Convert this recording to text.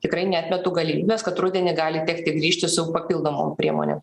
tikrai neatmetu galimybės kad rudenį gali tekti grįžti su papildomom priemonėm